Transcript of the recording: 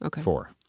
Four